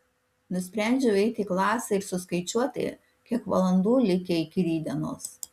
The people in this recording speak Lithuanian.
nusprendžiu eiti į klasę ir suskaičiuoti kiek valandų likę iki rytdienos